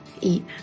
Eat